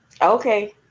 Okay